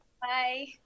bye